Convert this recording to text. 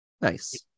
Nice